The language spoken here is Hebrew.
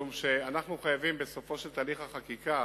משום שאנחנו חייבים בסופו של תהליך החקיקה